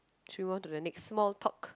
should we move onto the next small talk